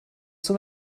zum